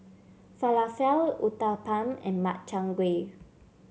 Falafel Uthapam and Makchang Gui